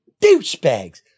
douchebags